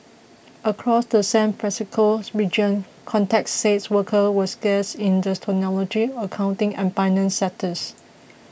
across the San Francisco region contacts said workers were scarce in the technology accounting and finance sectors